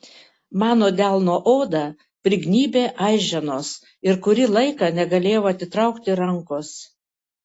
mano delno odą prignybė aiženos ir kurį laiką negalėjau atitraukti rankos